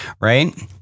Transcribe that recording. right